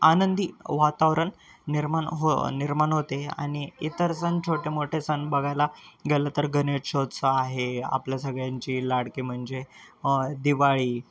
आनंदी वातावरण निर्माण हो निर्माण होते आणि इतर सण छोटे मोठे सण बघायला गेलं तर गणेशोत्सव आहे आपल्या सगळ्यांची लाडकी म्हणजे दिवाळी